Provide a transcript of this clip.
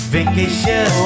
Vacation